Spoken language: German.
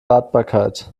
wartbarkeit